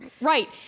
Right